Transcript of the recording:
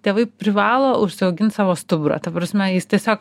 tėvai privalo užsiaugint savo stuburą ta prasme jis tiesiog